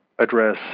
address